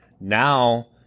Now